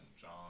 John